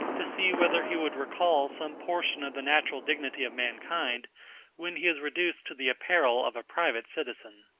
to see whether he would recall some portion of the natural dignity of mankind when he is reduced to the apparel of a private citizen.